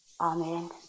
Amen